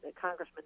Congressman